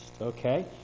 Okay